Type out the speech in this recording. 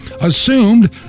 assumed